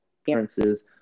appearances